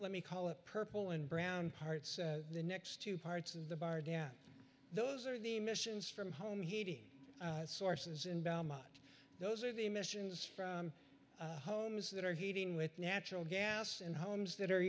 let me call it purple and brown parts the next two parts and the bar down those are the emissions from home heating sources in belmont those are the emissions from homes that are heating with natural gas in homes that are